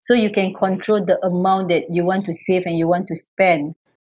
so you can control the amount that you want to save and you want to spend